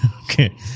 Okay